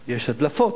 יש הדלפות,